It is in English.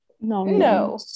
No